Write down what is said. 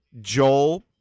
Joel